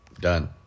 Done